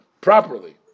properly